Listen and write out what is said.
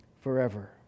forever